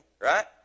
right